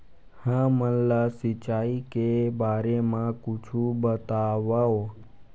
हमन ला सिंचाई के बारे मा कुछु बतावव?